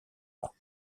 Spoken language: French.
pas